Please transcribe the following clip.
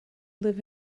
live